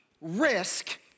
risk